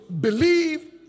believe